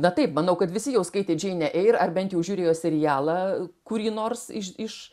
na taip manau kad visi jau skaitė džeinę eir ar bent jau žiūrėjo serialą kurį nors iš iš